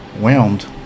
Whelmed